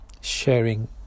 sharing